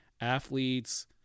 athletes